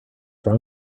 wrong